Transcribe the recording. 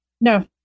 No